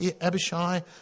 Abishai